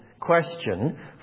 question